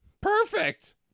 Perfect